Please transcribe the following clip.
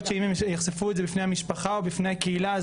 שאם הן יחשפו את זה בפני המשפחה או בפני הקהילה אז